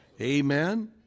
Amen